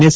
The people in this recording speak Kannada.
ಎಸ್